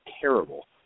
terrible